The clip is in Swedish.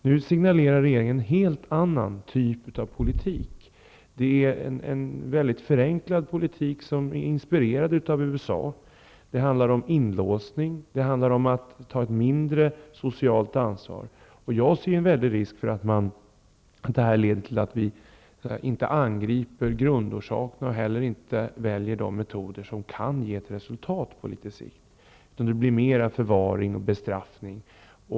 Nu signalerar regeringen att det blir en helt annan typ av politik. Det är en mycket förenklad politik, som är inspirerad av USA. Det handlar om inlåsning och att ta ett mindre socialt ansvar. Jag ser en stor risk för att detta leder till att man inte angriper grundorsakerna eller inte väljer de metoder som kan ge ett resultat på sikt. Det blir mer en förvaring och en bestraffning.